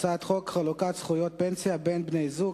הצעת חוק חלוקת זכויות פנסיה בין בני-זוג,